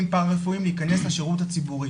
פרא רפואיים להיכנס לשירות הציבורי.